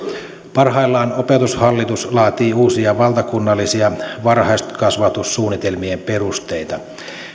parhaillaan opetushallitus laatii uusia valtakunnallisia varhaiskasvatussuunnitelmien perusteita